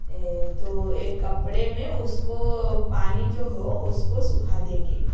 तो एक कपड़े में उसको पानी जो हो उसकी सुखा देंगे